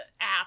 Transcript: app